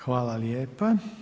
Hvala lijepa.